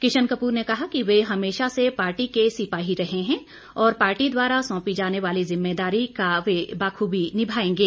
किशन कपूर ने कहा कि वे हमेशा से पार्टी के सिपाही रहे है और पार्टी द्वारा सोंपी जाने वाली जिम्मेदारी को वे बखूबी निभाने का प्रयास करेंगें